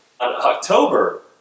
October